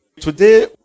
Today